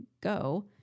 go